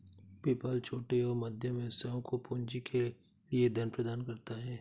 PayPal छोटे और मध्यम व्यवसायों को पूंजी के लिए धन प्रदान करता है